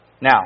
Now